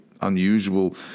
unusual